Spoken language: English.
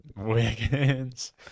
wiggins